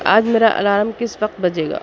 آج میرا الارم کس وقت بجے گا